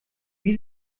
wie